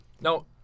No